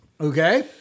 Okay